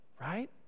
right